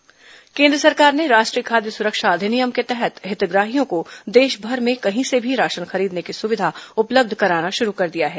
खाद्य सुरक्षा अधिनियम केन्द्र सरकार ने राष्ट्रीय खाद्य सुरक्षा अधिनियम के तहत हितग्राहियों को देशभर में कहीं से भी राशन खरीदने की सुविधा उपलब्ध कराना शुरू कर दिया है